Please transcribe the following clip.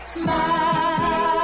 smile